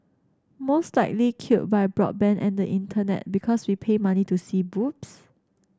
most likely killed by broadband and the Internet because we pay money to see boobs